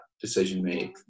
decision-made